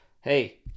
hey